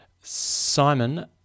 Simon